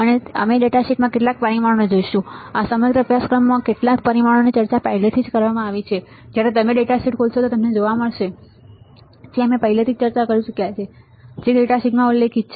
અને અમે ડેટા શીટમાં કેટલાક પરિમાણો જોશું આ સમગ્ર અભ્યાસક્રમમાં કેટલાક પરિમાણોની ચર્ચા પહેલાથી જ કરવામાં આવી છે જ્યારે તમે ડેટા શીટ ખોલશો ત્યારે તમને તે જોવા મળશે જે અમે પહેલાથી જ ચર્ચા કરી ચૂક્યા છે જે ડેટા શીટમાં ઉલ્લેખિત છે